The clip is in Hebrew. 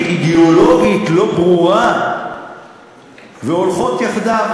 אידיאולוגית לא ברורה והולכות יחדיו,